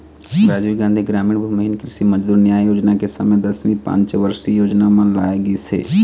राजीव गांधी गरामीन भूमिहीन कृषि मजदूर न्याय योजना के समे दसवीं पंचवरसीय योजना म लाए गिस हे